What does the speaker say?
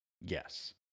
yes